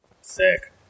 Sick